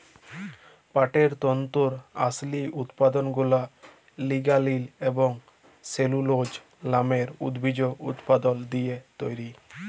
পাটের তল্তুর আসলি উৎপাদলগুলা লিগালিল এবং সেলুলজ লামের উদ্ভিজ্জ উপাদাল দিঁয়ে তৈরি